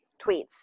tweets